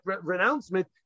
renouncement